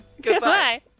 Goodbye